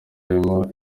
hariho